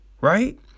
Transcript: Right